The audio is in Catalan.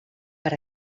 per